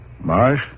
Marsh